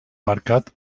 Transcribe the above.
marcat